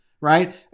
right